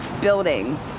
building